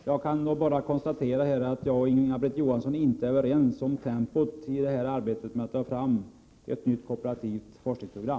Herr talman! Jag kan bara konstatera att jag och Inga-Britt Johansson inte är överens om tempot i arbetet med att ta fram ett nytt kooperativt forskningsprogram.